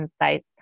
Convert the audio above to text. insights